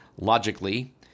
Logically